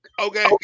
Okay